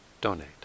donate